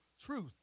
truth